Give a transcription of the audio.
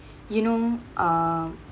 you know ah